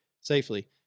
safely